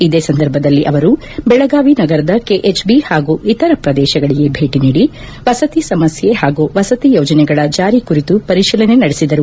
ಇದೇ ಸಂದರ್ಭದಲ್ಲಿ ಅವರು ಬೆಳಗಾವಿ ನಗರದ ಕೆಎಚ್ಬಿ ಹಾಗೂ ಇತರ ಪ್ರದೇಶಗಳಿಗೆ ಭೇ ಟಿ ನೀಡಿ ವಸತಿ ಸಮಸ್ಯೆ ಹಾಗೂ ವಸತಿ ಯೋಜನೆಗಳ ಜಾರಿ ಕುರಿತು ಪರಿತೀಲನೆ ನಡೆಸಿದರು